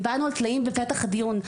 דיברנו על טלאים בפתח הדיון,